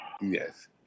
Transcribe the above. Yes